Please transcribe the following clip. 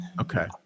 okay